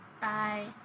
Bye